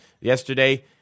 Yesterday